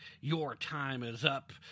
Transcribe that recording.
your-time-is-up